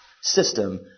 system